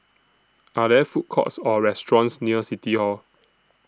Are There Food Courts Or restaurants near City Hall